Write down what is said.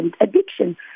addiction